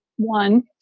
one